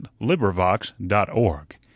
LibriVox.org